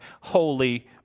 holy